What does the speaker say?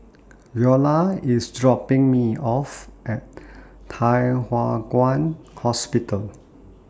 Veola IS dropping Me off At Thye Hua Kwan Hospital